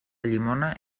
llimona